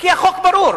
החוק ברור.